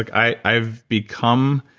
like i've become